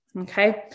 Okay